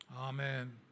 Amen